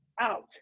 out